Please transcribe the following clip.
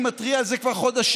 אני מתריע על זה כבר חודשים.